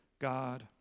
God